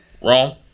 Wrong